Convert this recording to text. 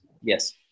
Yes